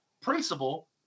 principle